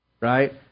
right